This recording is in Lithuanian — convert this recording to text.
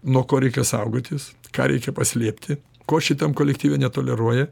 nuo ko reikia saugotis ką reikia paslėpti ko šitam kolektyve netoleruoja